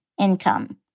income